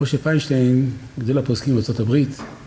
משה פיינשטיין, גדול הפוסקים בארה״ב